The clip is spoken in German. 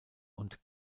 und